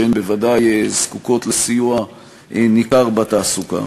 שהן בוודאי זקוקות לסיוע ניכר בתעסוקה,